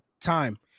time